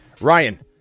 Ryan